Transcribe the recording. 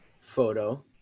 photo